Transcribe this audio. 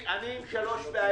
אני עם שלוש בעיות.